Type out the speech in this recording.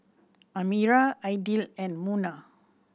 Amirah Aidil and Munah